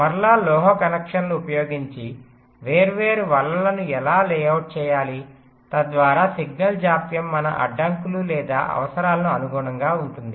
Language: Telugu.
మరలా లోహ కనెక్షన్లను ఉపయోగించి వేర్వేరు వలలను ఎలా లేఅవుట్ చేయాలి తద్వారా సిగ్నల్ జాప్యం మన అడ్డంకులు లేదా అవసరాలకు అనుగుణంగా ఉంటుంది